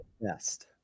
best